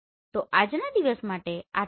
તો તે આજના દિવસ માટે આટલું જ